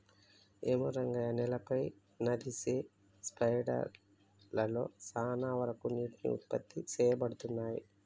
ఏమో రంగయ్య నేలపై నదిసె స్పెండర్ లలో సాన వరకు నీటికి ఉత్పత్తి సేయబడతున్నయి